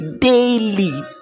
daily